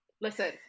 listen